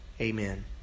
Amen